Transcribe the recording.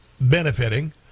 benefiting